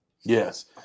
Yes